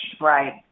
Right